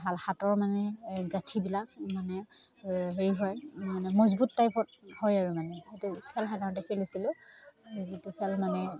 ভাল হাতৰ মানে এই গাঁঠিবিলাক মানে হেৰি হয় মানে মজবুত টাইপত হয় আৰু মানে সেইটো খেল সাধাৰণতে খেলিছিলোঁ যিটো খেল মানে